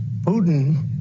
Putin